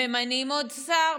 ממנים עוד שר,